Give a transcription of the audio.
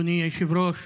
אדוני היושב-ראש,